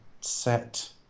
set